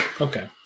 Okay